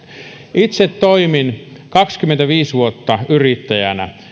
itse toimin kaksikymmentäviisi vuotta yrittäjänä